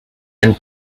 and